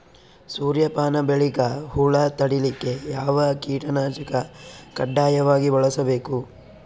ಸೂರ್ಯಪಾನ ಬೆಳಿಗ ಹುಳ ತಡಿಲಿಕ ಯಾವ ಕೀಟನಾಶಕ ಕಡ್ಡಾಯವಾಗಿ ಬಳಸಬೇಕು?